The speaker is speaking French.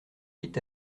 huit